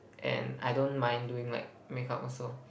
and I don't mind doing like makeup also